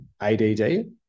ADD